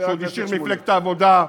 בשביל מפלגת העבודה.